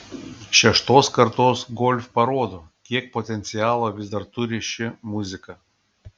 šeštos kartos golf parodo kiek potencialo vis dar turi ši muzika